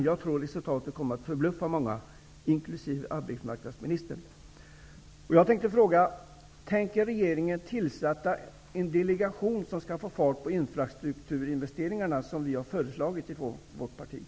Jag tror att resultatet kommer att förbluffa många, inkl. Tänker regeringen tillsätta en delegation som skall få fart på de infrastrukturinvesteringar som vårt parti har föreslagit?